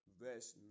verse